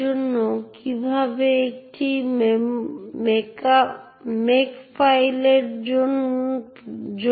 প্রতিটি ইউজারকে একটি ইউনিক ইউজার আইডেন্টিফায়ার এবং একটি গ্রুপ আইডেন্টিফায়ার দেওয়া হয়